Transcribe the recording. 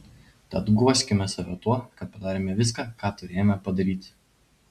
tad guoskime save tuo kad padarėme viską ką turėjome padaryti